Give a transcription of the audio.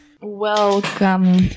Welcome